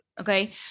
okay